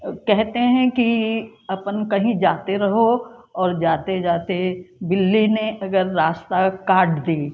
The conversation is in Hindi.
कहते हैं कि अपन कहीं जाते रहो और जाते जाते बिल्ली ने अगर रास्ता काट दी